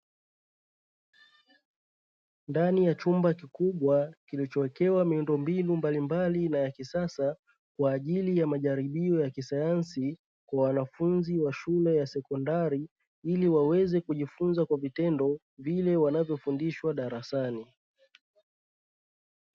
Ndani ya chumba kikubwa kilchowekewa miundombinu mbalimbali na ya kisasa, kwa ajili ya majaribio ya kisayansi kwa wanafunzi wa shule ya sekondari, ili waweze kujifunza kwa vitendo vile wanavyofundishwa darasani.